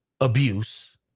abuse